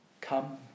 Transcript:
Come